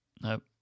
nope